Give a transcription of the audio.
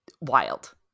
Wild